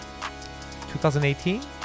2018